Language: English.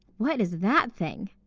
what is that thing?